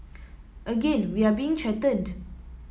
again we are being threatened